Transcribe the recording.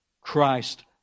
Christ